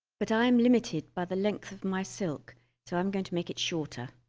but i am limited by the length of my silk so i'm going to make it shorter